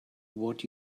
what